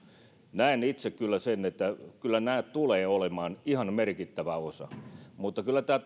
näen itse kyllä sen että kyllä nämä tulevat olemaan ihan merkittävä osa mutta kyllä tämä